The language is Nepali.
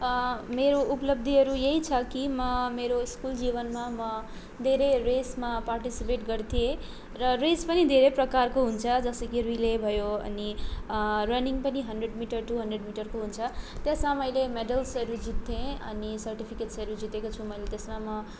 मेरो उपलब्धिहरू यही छ कि म मेरो स्कुल जीवनमा म धेरै रेसमा पार्टिसिपेट गर्थेँ र रेस पनि धेरै प्रकारको हुन्छ जस्तो कि रिले भयो अनि रनिङ पनि हन्ड्रेट मिटर टू हन्ड्रेट मिटरको हुन्छ त्यसमा मैले मेडल्सहरू जित्थेँ अनि सर्टिफिकेट्सहरू जितेको छु मैले त्यसमा